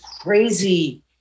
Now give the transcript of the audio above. crazy